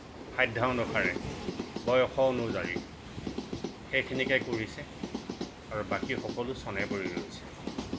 সাধ্যানুসাৰে বয়সৰ অনুযায়ী সেইখিনিকে কৰিছে আৰু বাকী সকলো চনেই পৰি ৰৈছে